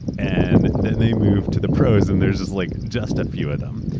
and then they move to the pros and there's just like just a few of them,